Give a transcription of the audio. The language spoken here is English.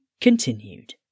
continued